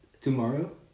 tomorrow